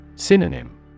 synonym